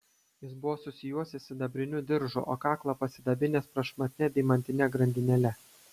jis buvo susijuosęs sidabriniu diržu o kaklą pasidabinęs prašmatnia deimantine grandinėle